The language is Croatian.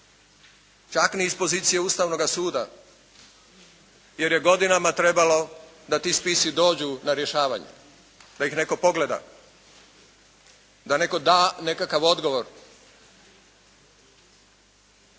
Čak ni iz pozicije Ustavnoga suda jer je godinama trebalo da ti spisi dođu na rješavanje, da ih netko pogleda. Da netko da nekakav odgovor.